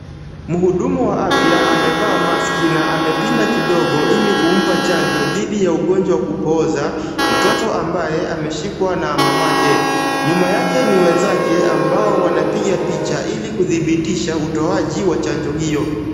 Mhudumu wa afya amevaa [cs)maski na amepinda kidogo ili kumpa chanjo dhidi ya ugonjwa wa kupooza, mtoto ambaye ameshikwa na mamake. Nyuma yake ni wenzake ambao wanapiga picha ili kudhibitisha utoaji wa chanjo hiyo.